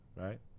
right